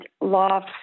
law